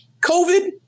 COVID